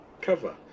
cover